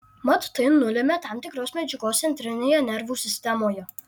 mat tai nulemia tam tikros medžiagos centrinėje nervų sistemoje